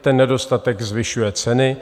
Ten nedostatek zvyšuje ceny.